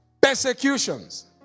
persecutions